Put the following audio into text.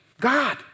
God